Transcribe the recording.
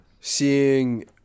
seeing